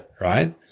Right